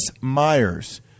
Myers